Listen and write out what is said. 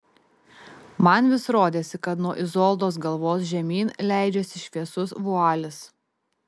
man vis rodėsi kad nuo izoldos galvos žemyn leidžiasi šviesus vualis